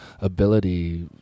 ability